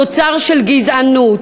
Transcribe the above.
תוצר של גזענות.